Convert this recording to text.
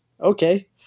okay